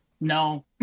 No